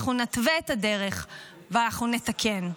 אנחנו נתווה את הדרך ואנחנו נתקן.